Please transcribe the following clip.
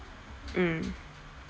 mm